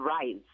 rise